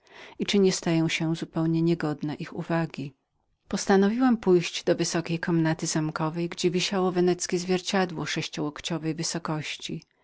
i czyli nie stawałam się zupełnie niegodną ich uwagi postanowiłam pójść do obszernej komnaty zamkowej gdzie wisiało weneckie zwierciadło sześciołokciowej wysokości